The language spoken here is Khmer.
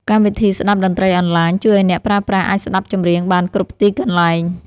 កម្មវិធីស្តាប់តន្ត្រីអនឡាញ ជួយឱ្យអ្នកប្រើប្រាស់អាចស្តាប់ចម្រៀងបានគ្រប់ទីកន្លែង។